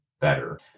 better